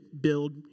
build